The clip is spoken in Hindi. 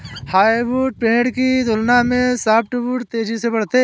हार्डवुड पेड़ की तुलना में सॉफ्टवुड तेजी से बढ़ते हैं